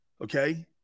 Okay